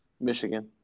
Michigan